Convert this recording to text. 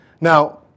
Now